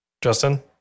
Justin